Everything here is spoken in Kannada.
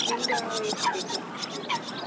ನಿಮ್ಗ್ಯಾವ ಎಷ್ಟು ಬೇಕು